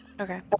Okay